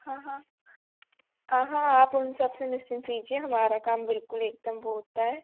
हाँ हाँ आ हाँ आप उन सब से निश्चिंत कीजिए हमरा काम बिल्कुल एक दम वो होता है